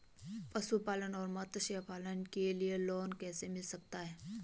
पशुपालन और मत्स्य पालन के लिए लोन कैसे मिल सकता है?